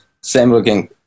same-looking